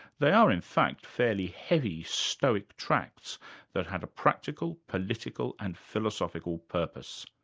they are in fact fairly heavy stoic tracts that had a practical, political and philosophical purpose.